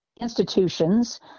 institutions